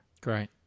Great